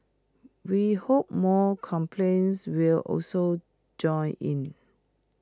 we hope more companies will also join in